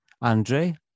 Andre